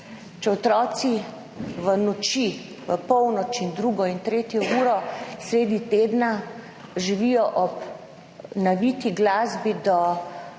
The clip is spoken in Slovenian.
Če otroci v noč, do polnoči in do druge in tretje ure sredi tedna živijo ob naviti glasbi do